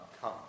come